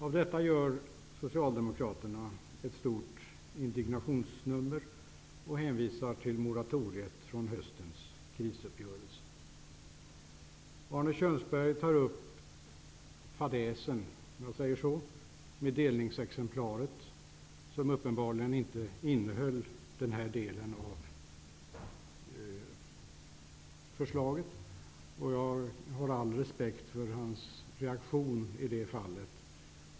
Av detta gör Socialdemokraterna ett stort indignationsnummer och hänvisar till moratoriet från höstens krisuppgörelse. Arne Kjörnsberg tar upp fadäsen -- om jag säger så -- med delningsexemplaret av betänkandet som uppenbarligen inte innehöll den här delen av förslaget. Jag har all respekt för hans reaktion i det fallet.